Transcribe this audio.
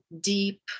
deep